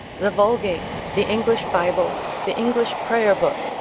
the vulgate, the english bible, the english prayer-book,